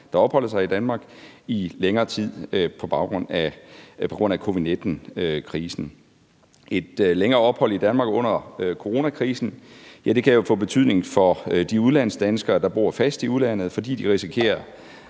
opholder sig i Danmark i længere tid på grund af covid-19-krisen. Et længere ophold i Danmark under coronakrisen kan jo få betydning for de udenlandsdanskere, der bor fast i udlandet, fordi de risikerer